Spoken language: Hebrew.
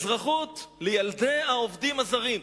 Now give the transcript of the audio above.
אזרחות לילדי העובדים הזרים.